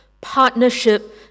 partnership